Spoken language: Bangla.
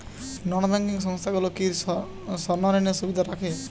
নন ব্যাঙ্কিং সংস্থাগুলো কি স্বর্ণঋণের সুবিধা রাখে?